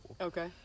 Okay